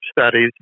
studies